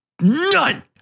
None